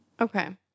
Okay